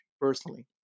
personally